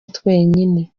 twenyine